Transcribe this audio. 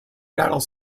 battle